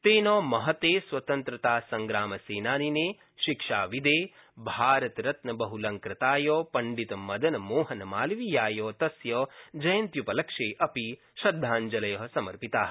तेन महते स्वतन्त्रतासंग्रामसेनानिने शिक्षाविदे भारतरत्नबहमालंकृताय पण्डितमदनमोहनमालवीयाय तस्य जयन्त्यूपलक्ष्ये अपि श्रद्धाब्जलय समर्पिता